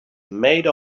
made